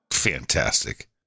Fantastic